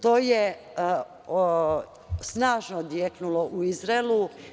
To je snažno odjeknulo u Izraelu.